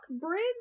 bridge